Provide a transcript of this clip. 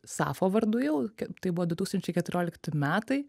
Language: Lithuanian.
safo vardu jau tai buvo du tūkstančiai keturiolikti metai